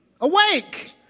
awake